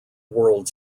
world